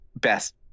best